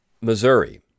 Missouri